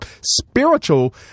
spiritual